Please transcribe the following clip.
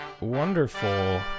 wonderful